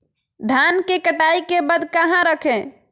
धान के कटाई के बाद कहा रखें?